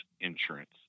insurance